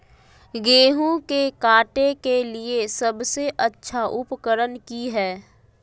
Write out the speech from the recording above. गेहूं के काटे के लिए सबसे अच्छा उकरन की है?